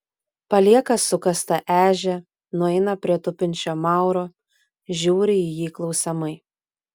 palieka sukastą ežią nueina prie tupinčio mauro žiūri į jį klausiamai